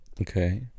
Okay